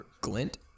Glint